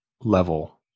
level